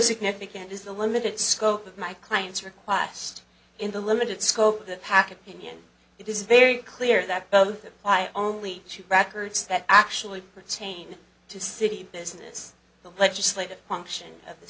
significant is the limited scope of my client's request in the limited scope of the pac opinion it is very clear that both apply only to records that actually pertain to city business the legislative function of the